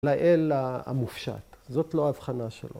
‫לאל המופשט. ‫זאת לא הבחנה שלו.